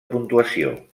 puntuació